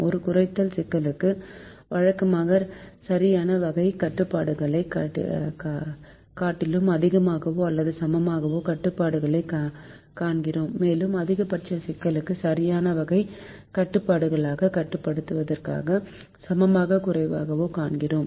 ஒரு குறைத்தல் சிக்கலுக்கு வழக்கமாக சரியான வகைக் கட்டுப்பாடுகளைக் காட்டிலும் அதிகமான அல்லது சமமான கட்டுப்பாடுகளைக் காண்கிறோம் மேலும் அதிகபட்ச சிக்கலுக்கு சரியான வகை கட்டுப்பாடுகளாகக் கட்டுப்படுத்தப்படுவதற்கு சமமாகக் குறைவாகக் காண்கிறோம்